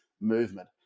movement